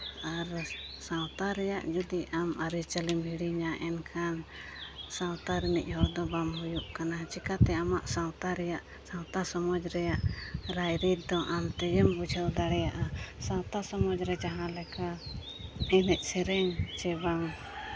ᱟᱨ ᱥᱟᱶᱛᱟ ᱨᱮᱭᱟᱜ ᱡᱩᱫᱤ ᱟᱢ ᱟᱹᱨᱤᱪᱟᱹᱞᱤᱢ ᱦᱤᱲᱤᱧᱟ ᱮᱱᱠᱷᱟᱱ ᱥᱟᱶᱛᱟ ᱨᱤᱱᱤᱡ ᱦᱚᱲ ᱫᱚ ᱵᱟᱢ ᱦᱩᱭᱩᱜ ᱠᱟᱱᱟ ᱪᱤᱠᱟᱹᱛᱮ ᱟᱢᱟᱜ ᱥᱟᱶᱛᱟ ᱨᱮᱭᱟᱜ ᱥᱟᱶᱛᱟ ᱥᱚᱢᱟᱡᱽ ᱨᱮᱭᱟᱜ ᱨᱟᱭᱨᱤᱛ ᱫᱚ ᱟᱢ ᱛᱮᱜᱮᱢ ᱵᱩᱡᱷᱟᱹᱣ ᱫᱟᱲᱮᱭᱟᱜᱼᱟ ᱥᱟᱶᱛᱟ ᱥᱚᱢᱟᱡᱽ ᱨᱮ ᱡᱟᱦᱟᱸ ᱞᱮᱠᱟ ᱮᱱᱮᱡ ᱥᱮᱨᱮᱧ ᱪᱮ ᱵᱟ